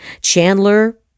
Chandler